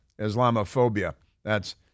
Islamophobia—that's